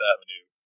Avenue